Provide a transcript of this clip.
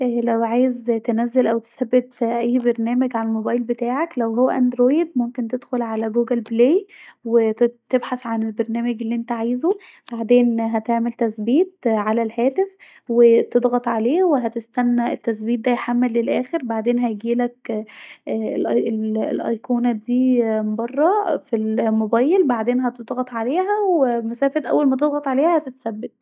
لو عاوز تنزل أو تثبت اي برنامج علي الموبايل بتاعك لو هو اندرويد ممكن تدخل علي جوجل بلاي وتبحث عن البرنامج الي انت عايزه وبعدين هتعمل تثبيت علي الهاتف وتضغط عليه وهتستني التثبيت ده يحمل لآخر بعدين هيجيلك الايكونه دي برا في الموبايل وبعدين هتضغط عليها بمسافه اول ما تضغط عليها هتتثبت